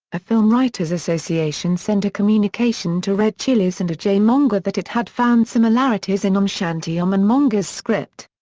film writers' association sent a communication to red chillies and ajay monga that it had found similarities in om shanti om and monga's script.